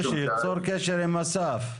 לא, שייצור קשר עם אסף.